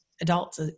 adults